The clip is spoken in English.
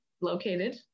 located